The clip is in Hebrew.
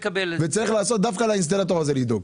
וצריך לעשות דווקא על האינסטלטור הזה לבדוק.